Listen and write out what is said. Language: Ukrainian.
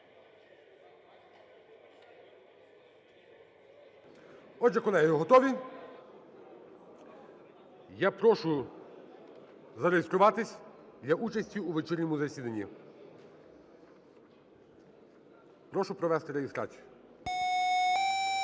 Отже, колеги, готові? Я прошу зареєструватись для участі у вечірньому засіданні. Прошу провести реєстрацію. 16:03:28